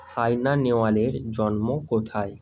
সাইনা নেহওয়ালের জন্ম কোথায়